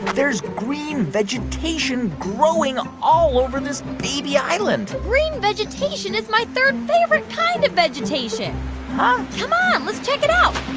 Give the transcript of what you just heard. there's green vegetation growing all over this baby island green vegetation is my third-favorite kind of vegetation huh? come on. let's check it out.